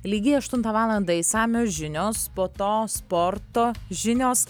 lygiai aštuntą valandą išsamios žinios po to sporto žinios